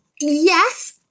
yes